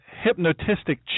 hypnotistic